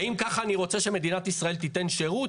האם ככה אני רוצה שמדינת ישראל תיתן שירות?